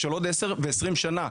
בעוד 10-20 שנים,